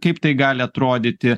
kaip tai gali atrodyti